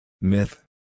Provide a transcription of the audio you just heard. Myth